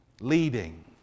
leading